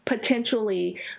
potentially